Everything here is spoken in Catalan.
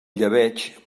llebeig